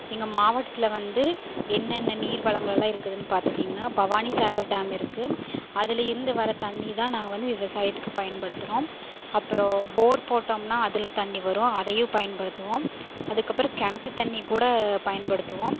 எங்கள் மாவட்டத்தில் வந்து என்னென்ன நீர் வளங்களெல்லாம் இருக்குதுன்னு பார்த்துட்டீங்கனா பவானி சாகர் டேம் இருக்குது அதில் இருந்து வர தண்ணிதான் நாங்கள் வந்து விவசாயத்துக்கு பயன்படுத்துகிறோம் அப்புறம் போர் போட்டோம்னால் அதில் தண்ணி வரும் அதையும் பயன்படுத்துவோம் அதுக்கப்புறம் கிணத்து தண்ணிக் கூட பயன்படுத்துவோம்